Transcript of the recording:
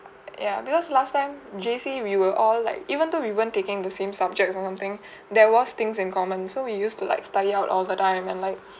ya because last time J_C we were all like even though we weren't taking the same subjects or something there was things in common so we used to like study out all the time and like